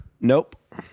Nope